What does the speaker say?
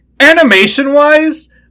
Animation-wise